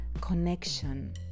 connection